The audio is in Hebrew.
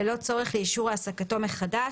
ללא צורך לאישור העסקתו מחדש.